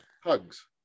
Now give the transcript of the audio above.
hugs